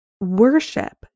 worship